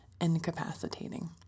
incapacitating